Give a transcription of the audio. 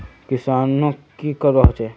किसानोक की करवा होचे?